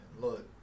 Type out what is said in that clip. Look